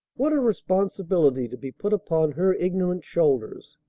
what a responsibility to be put upon her ignorant shoulders.